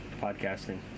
Podcasting